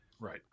Right